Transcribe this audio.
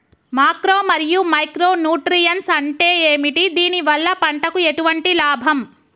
Macro మరియు micro nutrients అంటే ఏమిటి? దీనివల్ల పంటకు ఎటువంటి లాభం?